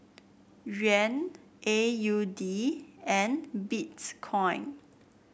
Yuan A U D and Bitcoin